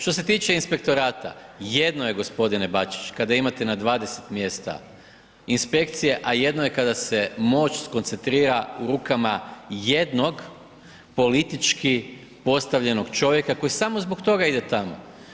Što se tiče inspektorata, jedno je gospodine Bačić kaka imate na 20 mjesta inspekcije, a jedno je kada se moć skoncentrira u rukama jednog politički postavljenog čovjeka koji samo zbog toga ide tamo.